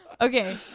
Okay